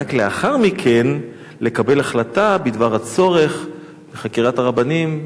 ורק לאחר מכן לקבל החלטה בדבר הצורך בחקירת הרבנים?